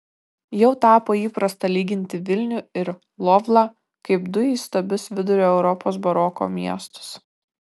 jau tapo įprasta lyginti vilnių ir lvovą kaip du įstabius vidurio europos baroko miestus